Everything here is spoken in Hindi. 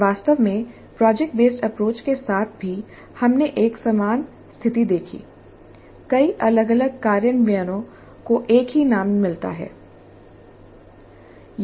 वास्तव में प्रोजेक्ट बेसड अप्रोच के साथ भी हमने एक समान स्थिति देखी कई अलग अलग कार्यान्वयनों को एक ही नाम मिलता है